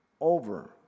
over